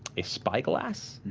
a spyglass,